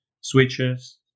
switches